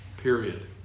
Period